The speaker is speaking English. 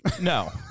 No